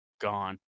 gone